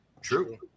True